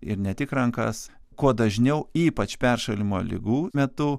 ir ne tik rankas kuo dažniau ypač peršalimo ligų metu